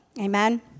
amen